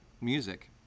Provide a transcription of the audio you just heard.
music